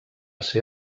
ser